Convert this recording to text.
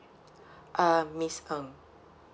uh miss ng